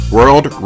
World